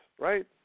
right